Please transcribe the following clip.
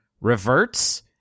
reverts